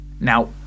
Now